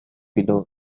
below